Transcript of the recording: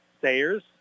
Sayers